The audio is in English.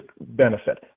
benefit